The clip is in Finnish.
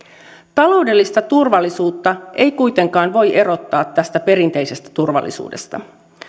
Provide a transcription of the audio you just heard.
taloudellista turvallisuutta ei kuitenkaan voi erottaa tästä perinteisestä turvallisuudesta